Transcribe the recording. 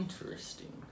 interesting